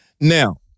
Now